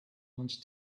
wanted